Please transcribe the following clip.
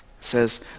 Says